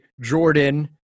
jordan